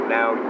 now